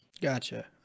Gotcha